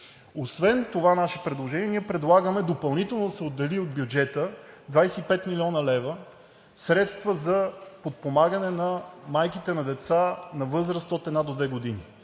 Освен това наше предложение, предлагаме допълнително да се отделят от бюджета 25 млн. лв. – средства за подпомагане на майките на деца на възраст от една до две години.